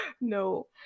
no